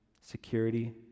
security